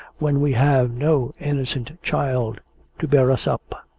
when we have no innocent child to bear us up!